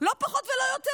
לא פחות ולא יותר.